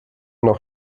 noch